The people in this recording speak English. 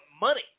money